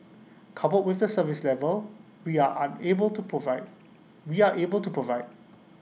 coupled with the service level we are unable to provide we are able to provide